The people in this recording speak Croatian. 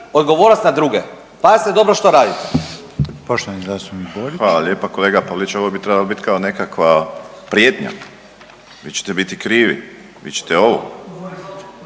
odgovornost na druge, pazite dobro što radite.